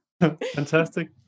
Fantastic